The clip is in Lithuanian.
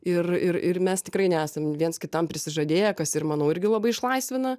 ir ir ir mes tikrai nesam viens kitam prisižadėję kas ir manau irgi labai išlaisvina